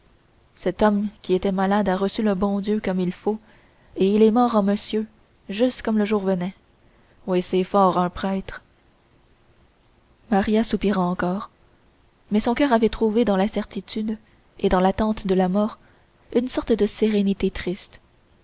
cet homme qui était malade a reçu le bon dieu comme il faut et il est mort en monsieur juste comme le jour venait oui c'est fort un prêtre maria soupira encore mais son coeur avait trouvé dans la certitude et dans l'attente de la mort une sorte de sérénité triste